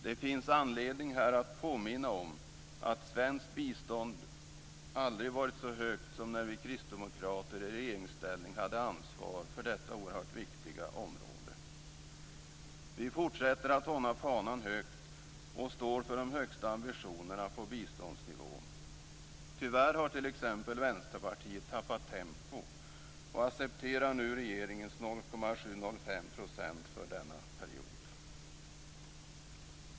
Det finns här anledning att påminna om att svenskt bistånd aldrig varit så högt som när vi kristdemokrater i regeringsställning hade ansvar för detta oerhört viktiga område. Vi fortsätter att hålla fanan högt och står för de högsta ambitionerna för biståndsnivån. Tyvärr har t.ex. Vänsterpartiet tappat tempo och accepterar nu regeringens 0,705 % för denna period.